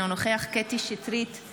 אינו נוכח קטי קטרין שטרית,